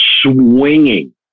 swinging